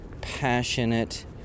passionate